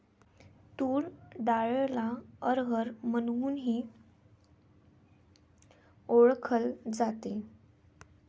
तूर डाळला अरहर म्हणूनही ओळखल जाते